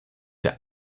der